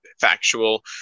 factual